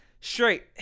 straight